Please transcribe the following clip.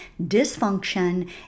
dysfunction